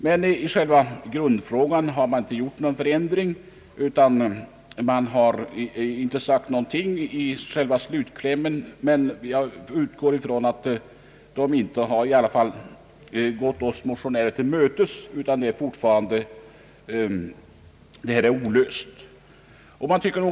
Men i själva grundfrågan har man inte gjort någon ändring. Man har inte sagt någonting i slutklämmen, och jag utgår från att man i varje fall inte gått oss motionärer till mötes utan att frågan fortfarande är olöst.